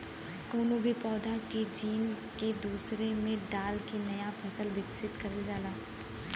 कउनो भी पौधा के जीन के दूसरे में डाल के नया फसल विकसित करल जाला